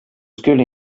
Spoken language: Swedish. skulle